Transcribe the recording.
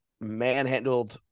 manhandled